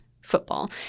football